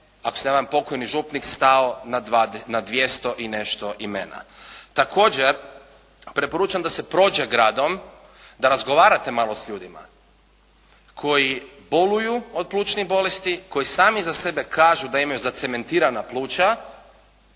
ako se ne varam pokojni župnik stao na 200 i nešto imena. Također preporučam da se prođe gradom, da razgovarate malo s ljudima koji boluju od plućnih bolesti, koji sami za sebe kažu da imaju zacementirana pluća